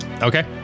Okay